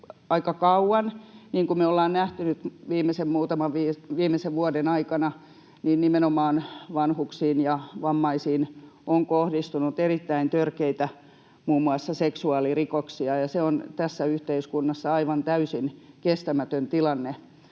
viimeisen vuoden aikana, niin nimenomaan vanhuksiin ja vammaisiin on kohdistunut erittäin törkeitä muun muassa seksuaalirikoksia, ja se on tässä yhteiskunnassa aivan täysin kestämätön tilanne,